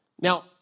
Now